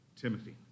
Timothy